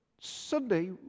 Sunday